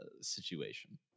situation